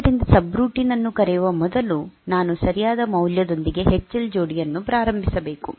ಆದ್ದರಿಂದ ಸಬ್ರುಟೀನ್ ಅನ್ನು ಕರೆಯುವ ಮೊದಲು ನಾನು ಸರಿಯಾದ ಮೌಲ್ಯದೊಂದಿಗೆ ಎಚ್ಎಲ್ ಜೋಡಿಯನ್ನು ಪ್ರಾರಂಭಿಸಬೇಕು